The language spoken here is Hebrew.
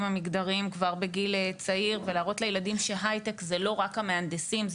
המגדריים כבר בגיל צעיר ולהראות לילדים שהייטק זה לא רק המהנדסים,